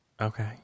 Okay